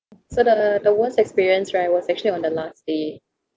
so the the worst experience right was actually on the last day